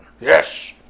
Yes